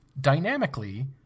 dynamically